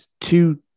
two